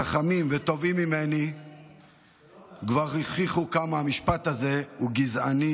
חכמים וטובים ממני כבר הוכיחו כמה המשפט הזה הוא גזעני,